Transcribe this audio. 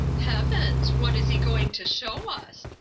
heavens! what is he going to show us?